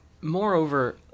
Moreover